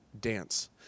dance